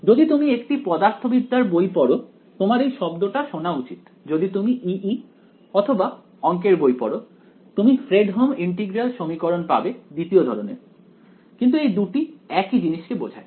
যদি তুমি একটি পদার্থবিদ্যার বই পড়ো তোমার এই শব্দটা শোনা উচিত যদি তুমি EE অথবা অংকের বই পড়ো তুমি ফ্রেডহোম ইন্টিগ্রাল সমীকরণ পাবে দ্বিতীয় ধরনের কিন্তু এই দুটি একই জিনিস কে বোঝায়